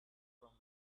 from